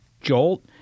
jolt